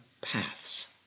paths